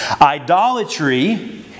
Idolatry